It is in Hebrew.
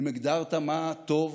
אם הגדרת מה טוב